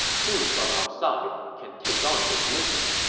who from our side can take on this mission?